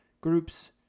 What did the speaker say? groups